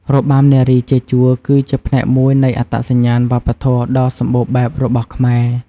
របាំនារីជាជួរគឺជាផ្នែកមួយនៃអត្តសញ្ញាណវប្បធម៌ដ៏សម្បូរបែបរបស់ខ្មែរ។